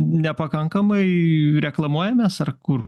nepakankamai reklamuojamės ar kur